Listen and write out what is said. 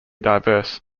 diverse